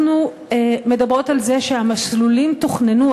אנחנו מדברות על זה שהמסלולים תוכננו,